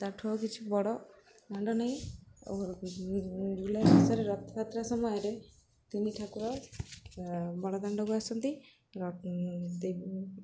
ତାଠୁ ଆଉ କିଛି ବଡ଼ ଦାଣ୍ଡ ନାହିଁ ଆଉ ରଥଯାତ୍ରା ସମୟରେ ତିନି ଠାକୁର ବଡ଼ ଦାଣ୍ଡକୁ ଆସନ୍ତି